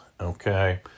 Okay